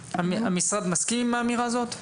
המשרד מסכים עם האמירה הזאת?